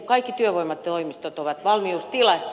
kaikki työvoimatoimistot ovat valmiustilassa